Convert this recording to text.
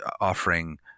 offering